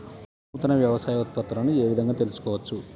నూతన వ్యవసాయ ఉత్పత్తులను ఏ విధంగా తెలుసుకోవచ్చు?